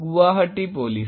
Guwahati police